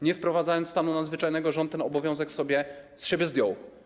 Nie wprowadzając stanu nadzwyczajnego, rząd ten obowiązek z siebie zdjął.